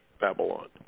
Babylon